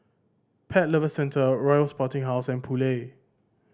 Pet Lover Centre Royal Sporting House and Poulet